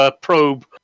probe